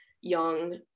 young